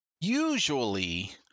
usually –